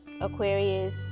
Aquarius